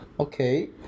Okay